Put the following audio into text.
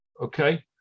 Okay